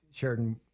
Sheridan